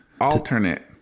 Alternate